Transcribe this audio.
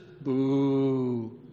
boo